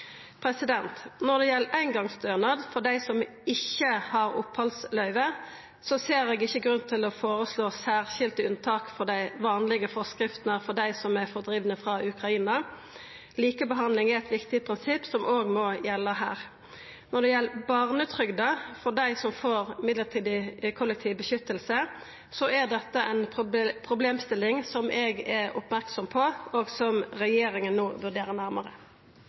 Når det gjeld eingongsstønad for dei som ikkje har opphaldsløyve, ser eg ikkje grunn til å føreslå særlege unntak frå dei vanlege føresegnene for dei som er fordrivne frå Ukraina. Likebehandling er eit viktig prinsipp som òg må gjelda her. Når det gjeld barnetrygda for dei som får midlertidig kollektiv beskyttelse, er dette ei problemstilling som eg er oppmerksam på, og som regjeringa no vurderer nærmare.